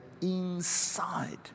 inside